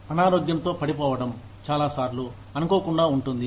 అనారోగ్యంతో పడిపోవడం చాలాసార్లు అనుకోకుండా ఉంటుంది